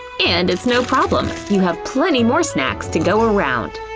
and it's no problem, you have plenty more snacks to go around.